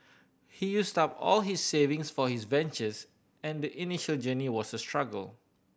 he used up all his savings for his ventures and the initial journey was a struggle